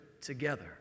together